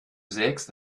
sägst